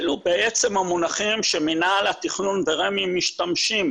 אלו בעצם המונחים שמינהל התכנון ברשות מקרקעי ישראל משתמשים